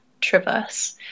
traverse